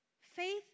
Faith